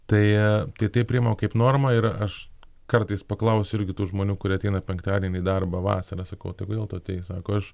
tai tai tai priimu kaip normą ir aš kartais paklausiu irgi tų žmonių kurie ateina penktadienį į darbą vasarą sakau tai kodėl tu atėjai sako aš